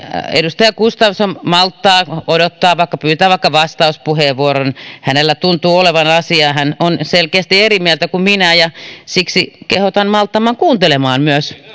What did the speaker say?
edustaja gustafsson malttaa odottaa pyytää vaikka vastauspuheenvuoron hänellä tuntuu olevan asiaa hän on selkeästi eri mieltä kuin minä ja siksi kehotan malttamaan kuuntelemaan myös